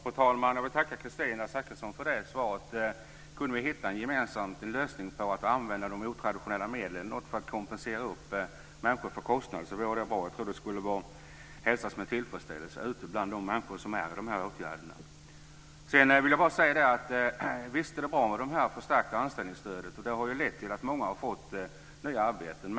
Fru talman! Jag vill tacka Kristina Zakrisson för det svaret. Om vi kunde hitta en gemensam lösning att använda de otraditionella medlen, för att kompensera människor för kostnader, vore det bra. Jag tror att det skulle hälsas med tillfredsställelse bland de människor som är i de här åtgärderna. Jag vill bara säga att visst är det bra med det förstärkta anställningsstödet. Det har ju lett till att många har fått nya arbeten.